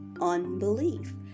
unbelief